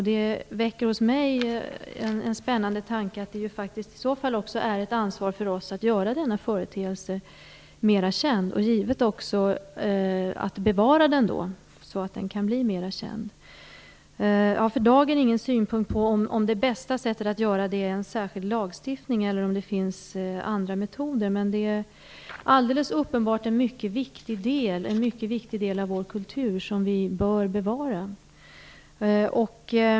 Det väcker hos mig den spännande tanken att det i så fall är vårt ansvar att göra denna företeelse mera känd och givetvis också att bevara den så att den kan bli mer känd. Jag har för dagen ingen synpunkt på om det bästa sättet att göra det är att stifta en särskild lag eller om det finns andra metoder. Men det är uppenbarligen en viktig del av vår kultur som vi bör bevara.